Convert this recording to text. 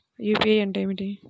UPI అంటే ఏమిటి?